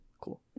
cool